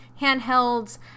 handhelds